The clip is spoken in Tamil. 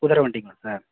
குதிரை வண்டிங்களா சார்